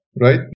right